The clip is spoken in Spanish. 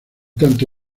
tanto